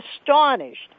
astonished